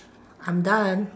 I'm done